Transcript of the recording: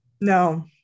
No